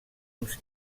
uns